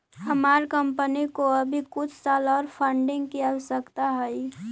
हमार कंपनी को अभी कुछ साल ओर फंडिंग की आवश्यकता हई